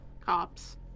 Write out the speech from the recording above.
Cops